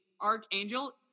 archangel